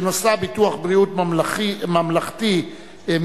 שנושאה ביטוח בריאות ממלכתי (תיקון,